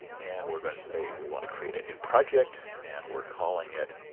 and we're going to say we want to create a new project and we're calling it